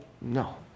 no